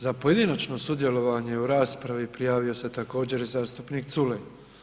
Za pojedinačno sudjelovanje u raspravi prijavio se također, zastupnik Culej.